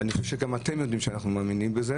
ואני חושב שגם אתם יודעים שאנחנו מאמינים בזה